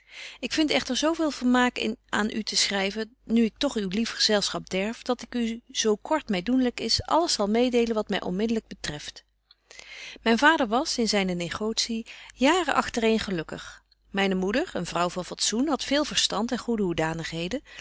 ik vind echter zo veel vermaak in aan u te schryven nu ik toch uw lief gezelschap derf dat ik u zo kort my doenlyk is alles zal mededelen wat my onmiddelyk betreft myn vader was in zyne negotie jaren agterëen gelukkig myne moeder een vrouw van fatsoen hadt veel verstand en goede hoedanigheden